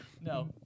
No